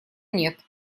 нет